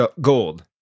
gold